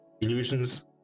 illusions